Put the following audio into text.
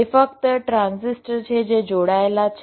તે ફક્ત ટ્રાન્ઝિસ્ટર છે જે જોડાયેલા છે